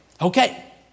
Okay